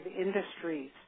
industries